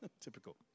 Typical